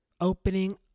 opening